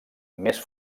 més